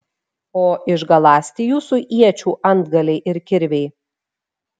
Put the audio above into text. o išgaląsti jūsų iečių antgaliai ir kirviai